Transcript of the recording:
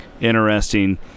interesting